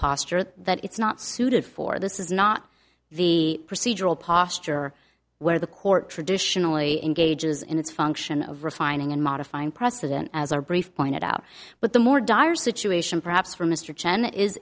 posture that it's not suited for this is not the procedural posture where the court traditionally engages in its function of refining and modifying precedent as our brief pointed out but the more dire situation perhaps for mr chen is